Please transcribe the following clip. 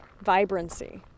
vibrancy